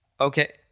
okay